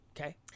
okay